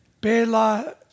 Bela